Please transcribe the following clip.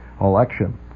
election